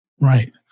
Right